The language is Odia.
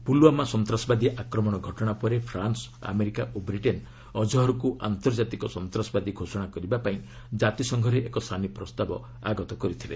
ପୁଲୁୱାମା ସନ୍ତାସବାଦୀ ଆକ୍ରମଣ ଘଟଣା ପରେ ଫ୍ରାନ୍କ ଆମେରିକା ଓ ବ୍ରିଟେନ ଅଜହରକୁ ଆନ୍ତର୍ଜାତିକ ସନ୍ତାସବାଦୀ ଘୋଷଣା କରିବା ପାଇଁ ଜାତିସଂଘରେ ଏକ ସାନି ପ୍ରସ୍ତାବ ଆଗତ କରିଥିଲେ